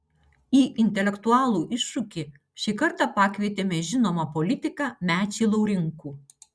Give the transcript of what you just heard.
į intelektualų iššūkį šį kartą pakvietėme žinomą politiką mečį laurinkų